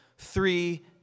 three